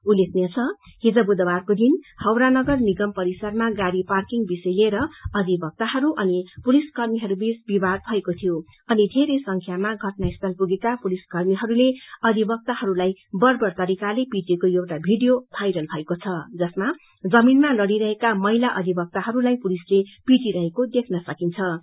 उल्लेखनीय छ हिज बुधबारको दिन हावड़ा नगर निगम परिसरमा गाड़ी पार्किंग वषिय लिएर अधिवक्ताहरू अनि पुलिसकर्मीहस्बीच विवाद भएको थियो अनि धेरै संख्यामा घटना स्थल पुगेका पुलिसकर्मीहरूले अधिवक्ताहरूलाई बंर्वर तरिकाले पिटेको एउटा भिडियो भाइरल भएको छ जसमा जमीनमा लड़िरहेका मला अधिवक्ताहरूलाई पुलिसले पिटिरहेको देख्न सकिन्छफ